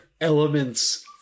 elements